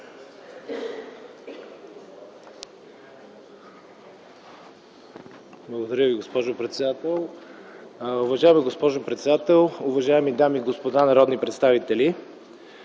Благодаря Ви, госпожо председател. Уважаема госпожо председател, уважаеми дами и господа народни представители!